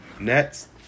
Nets